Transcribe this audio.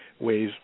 ways